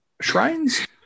shrines